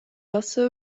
also